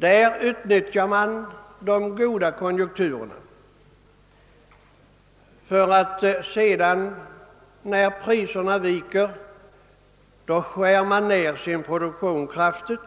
Där utnyttjar man de goda konjunkturerna genom ökning av produktionen för att sedan, när priserna viker, skära ner sin produktion, varefter